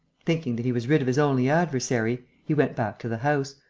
thinking that he was rid of his only adversary, he went back to the house.